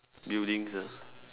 buildings ah